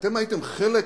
אתם הייתם חלק